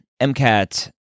MCAT